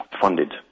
funded